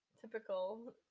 typical